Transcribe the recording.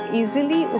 easily